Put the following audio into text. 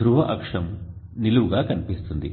ధ్రువ అక్షం నిలువుగా కనిపిస్తుంది